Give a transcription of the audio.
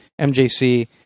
MJC